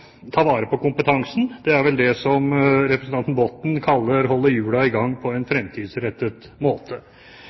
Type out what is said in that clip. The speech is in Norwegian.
ta vare på kompetansen. Det er vel det som representanten Botten kaller «å holde hjulene i gang på en framtidsrettet måte».